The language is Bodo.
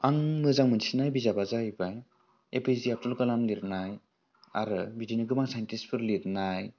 आं मोजां मोनसिननाय बिजाबा जाहैबाय A P J Abdul Kalam लिरनाय आरो बिदिनो गोबां साइन्टिस्टफोर लिरनाय